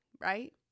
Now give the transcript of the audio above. right